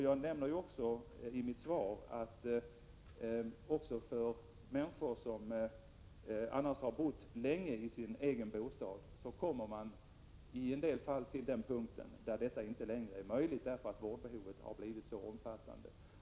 Jag nämnde ju också i mitt svar att när det gäller äldre människor som har bott länge i sin egen bostad kommer man i en del fall till den punkt där detta inte längre är möjligt, eftersom vårdbehovet har blivit så omfattande.